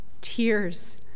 tears